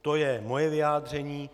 To je moje vyjádření.